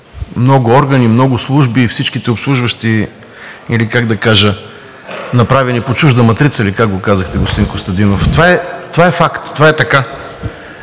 много органи, много служби и всичките обслужващи, или как да кажа, направени по чужда матрица ли, как го казахте, господин Костадинов? Това е факт, това е така.